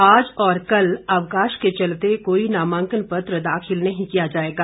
आज और कल अवकाश के चलते कोई नामांकन पत्र दाखिल नहीं किया जाएगा